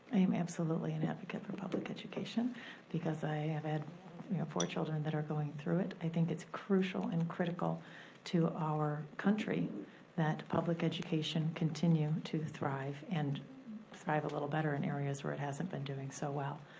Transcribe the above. i am absolutely an advocate for public education because i have had four children that are going through it. i think it's crucial and critical to our country that public education continue to thrive and thrive a little better in areas where it hasn't been doing so well.